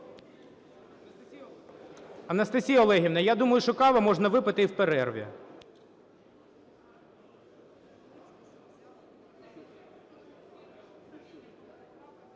Анастасія Олегівна, я думаю, що кави можна випити і в перерві.